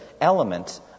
element